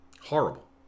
Horrible